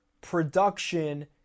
production